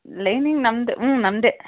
linen ನಮ್ದ ಹ್ಞೂ ನಮ್ಮದೆ